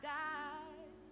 die